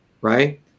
right